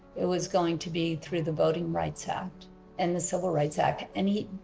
it was going to be through the voting rights act and the civil rights act and he,